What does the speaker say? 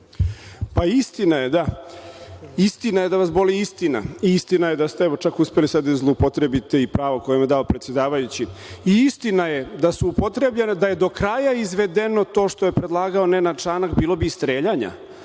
Pa istina je, da, istina je da vas boli istina i istina je da ste evo čak uspeli sad da zloupotrebite i pravo koje vam je dao predsedavajući. I istina je da je do kraja izvedeno to što je predlagao Nenad Čanak, bilo bi streljanja,